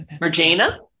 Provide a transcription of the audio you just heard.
Regina